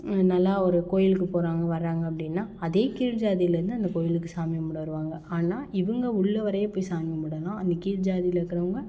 நல்லா ஒரு கோயிலுக்கு போறாங்க வராங்க அப்படின்னா அதே கீழ் ஜாதியிலேருந்து அதே கோயிலுக்கு சாமி கும்பிட வருவாங்க ஆனால் இவங்க உள்ள வரைய போய் சாமி கும்பிடணும் ஆனால் அந்த கீழ் ஜாதியில இருக்கிறவங்க